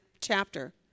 chapter